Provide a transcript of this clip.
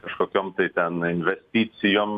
kažkokiom tai ten investicijom